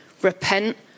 Repent